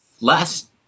Last